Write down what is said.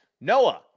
Noah